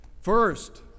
first